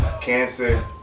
Cancer